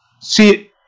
See